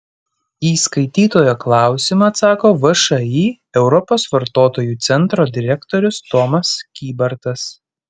į skaitytojo klausimą atsako všį europos vartotojų centro direktorius tomas kybartas